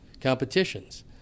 competitions